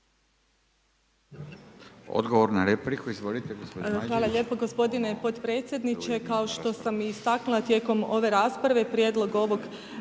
**Mađerić, Margareta (HDZ)** Hvala lijepo gospodine potpredsjedniče, kao što sam istaknula tijekom ove rasprave, prijedlog ovog